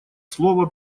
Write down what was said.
слово